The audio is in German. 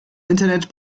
internet